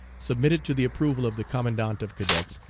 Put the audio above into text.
submit it to the approval of the commandant of cadets,